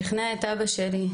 שכנע את אבא שלי,